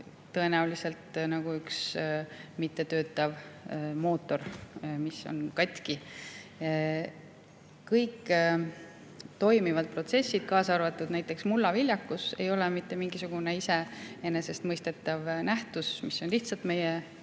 tõenäoliselt üks mittetöötav mootor, mis on katki. Kõik toimivad protsessid, kaasa arvatud näiteks mullaviljakus, ei ole mitte mingisugune iseenesestmõistetav nähtus, mis on lihtsalt meie